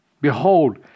Behold